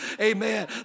Amen